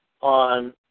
on